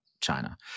China